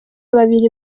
babiri